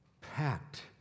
Packed